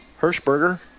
Hershberger